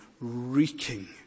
reeking